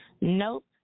Nope